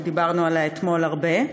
שדיברנו עליה אתמול הרבה,